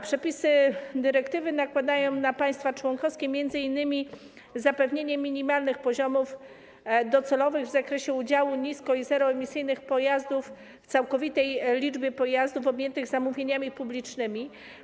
Przepisy dyrektywy nakładają na państwa członkowskie m.in. konieczność zapewnienia minimalnych poziomów docelowych w zakresie udziału nisko- i zeroemisyjnych pojazdów, całkowitej liczby pojazdów objętych zamówieniami publicznymi.